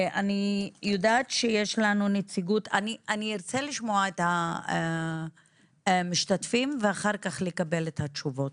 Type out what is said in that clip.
אני ארצה לשמוע את המשתתפים ואחר כך לקבל את התשובות.